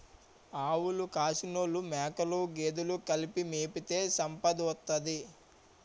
ఆవులు కాసినోలు మేకలు గేదెలు కలిపి మేపితే సంపదోత్తది